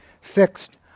fixed